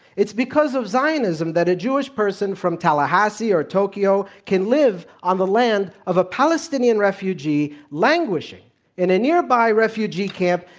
it's because of zionism that a jewish person from tallahassee or tokyo can live on the land of a palestinian refugee languishing in a nearby refugee camp,